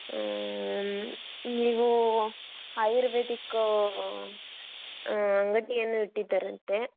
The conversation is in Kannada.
ನೀವು ಆಯುರ್ವೇದಿಕ್ಕೂ ಅಂಗಡಿಯನ್ನು ಇಟ್ಟಿದ್ದೀರಂತೆ